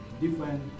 different